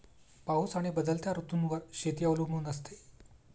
पाऊस आणि बदलत्या ऋतूंवर शेती अवलंबून असते